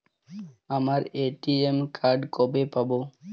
আমার ATM card কবে পাব?